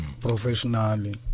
professionally